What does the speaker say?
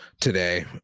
today